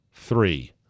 three